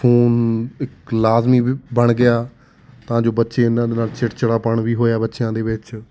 phone ਇੱਕ ਲਾਜ਼ਮੀ ਵੀ ਬਣ ਗਿਆ ਤਾਂ ਜੋ ਬੱਚੇ ਇਹਨਾਂ ਦੇ ਨਾਲ ਚਿੜਚਿੜਾਪਨ ਵੀ ਹੋਇਆ ਬੱਚਿਆਂ ਦੇ ਵਿੱਚ